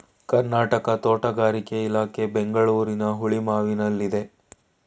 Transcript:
ಕರ್ನಾಟಕ ತೋಟಗಾರಿಕೆ ಇಲಾಖೆ ಬೆಂಗಳೂರಿನ ಹುಳಿಮಾವಿನಲ್ಲಿದೆ